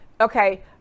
okay